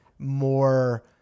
more